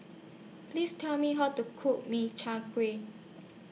Please Tell Me How to Cook Min Chiang Kueh